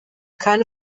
keine